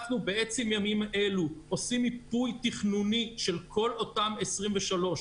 אנחנו בעצם הימים האלו עושים מיפוי תכנוני של כל אותם 23 חוות.